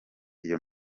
iyo